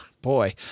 boy